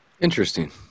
Interesting